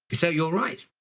so you're right.